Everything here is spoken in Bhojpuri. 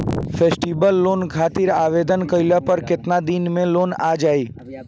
फेस्टीवल लोन खातिर आवेदन कईला पर केतना दिन मे लोन आ जाई?